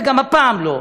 וגם הפעם לא,